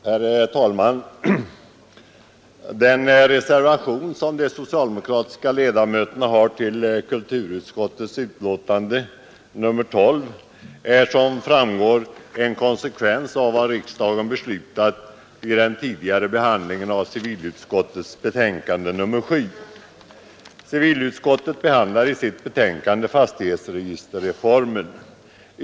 Herr talman! Den reservation som de socialdemokratiska ledamöterna har fogat till kulturutskottets betänkande nr 12 är, som framgår, en konsekvens av vad riksdagen beslutat vid den tidigare behandlingen av civilutskottets betänkande nr 7. Civilutskottet behandlar i sitt betänkande fastighetsregisterreformen.